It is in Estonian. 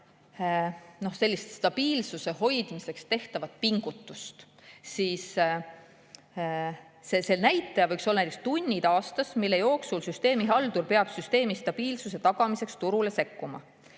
Kui vaadata stabiilsuse hoidmiseks tehtavat pingutust, siis see näitaja võiks olla näiteks tunnid aastas, mille jooksul süsteemihaldur peab süsteemi stabiilsuse tagamiseks turule sekkuma.